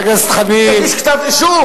שיגיש כתב אישום.